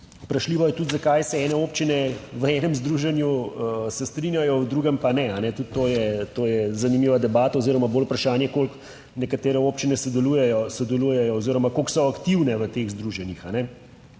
vprašljivo je tudi, zakaj se ene občine, v enem združenju se strinjajo, v drugem pa ne. Tudi to je, to je zanimiva debata oziroma bolj vprašanje koliko nekatere občine sodelujejo, sodelujejo oziroma koliko so aktivne v teh združenjih,